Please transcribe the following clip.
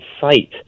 site